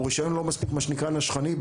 הוא רישיון לא מספיק מה שנקרא נשכני,